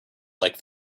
like